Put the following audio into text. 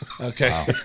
okay